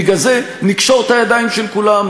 בגלל זה נקשור את הידיים של כולם,